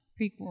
prequel